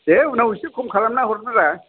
दे उनाव एसे खम खालामना हरगोन रा